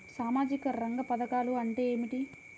సామాజిక రంగ పధకాలు అంటే ఏమిటీ?